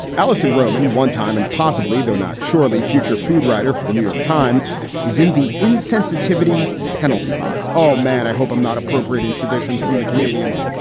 allison roman one time, and possibly, though not surely, future food writer for the new york times is in the insensitivity penalty box. oh man, i hope i'm not appropriating traditions from the canadians.